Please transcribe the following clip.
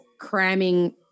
cramming